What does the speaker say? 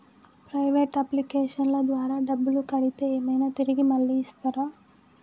Private అప్లికేషన్ల ద్వారా డబ్బులు కడితే ఏమైనా తిరిగి మళ్ళీ ఇస్తరా?